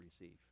receive